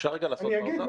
אני אגיד,